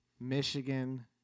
Michigan